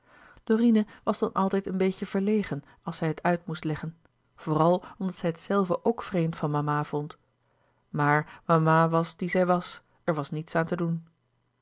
dorine was dan altijd een beetje verlegen als zij het uit moest leggen vooral omdat zij het zelve ook vreemd van mama vond maar mama was die zij was er was niets aan te doen